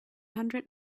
hundred